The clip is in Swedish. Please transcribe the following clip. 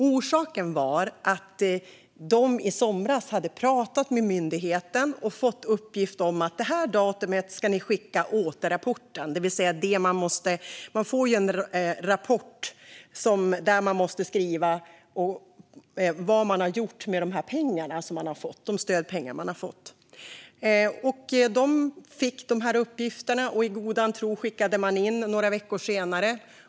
Orsaken är att de i somras pratade med myndigheten och fick uppgiften att det här datumet skulle de skicka den återrapport där man måste skriva vad man har gjort med de stödpengar som man har fått. De skickade i god tro in uppgifterna några veckor senare.